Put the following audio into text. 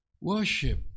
Worship